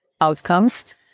outcomes